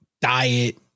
diet